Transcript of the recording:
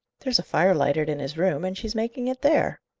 there's a fire lighted in his room, and she's making it there.